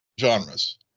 Genres